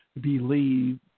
believe